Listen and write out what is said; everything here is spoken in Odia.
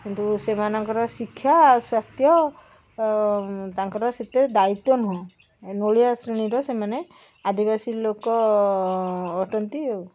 କିନ୍ତୁ ସେମାନଙ୍କର ଶିକ୍ଷା ଆଉ ସ୍ୱାସ୍ଥ୍ୟ ତାଙ୍କର ସେତେ ଦାୟିତ୍ୱ ନୁହେଁ ନୋଳିଆ ଶ୍ରେଣୀର ସେମାନେ ଆଦିବାସୀ ଲୋକ ଅଟନ୍ତି ଆଉ